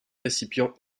récipients